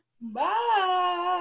Bye